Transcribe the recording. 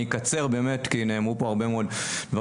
אני אקצר באמת כי נאמרו פה הרבה מאוד דברים,